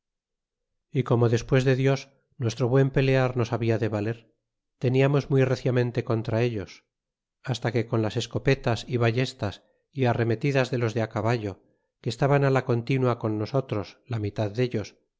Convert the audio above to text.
y como despues de dios nuestro buen pelear nos habla de valer tentamos muy reciamen te contra ellos hasta que con las escopetas y ballestas y arremetidas de los de caballo que estaban la continua con nosotros la mitad dellos